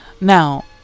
Now